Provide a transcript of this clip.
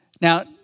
Now